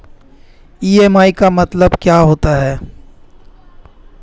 EMI का क्या मतलब होता है?